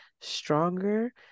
stronger